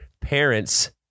Parents